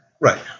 Right